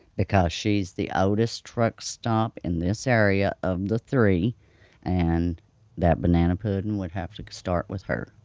because she's the oldest truck stop in this area of the three and that banana pudding would have to start with her.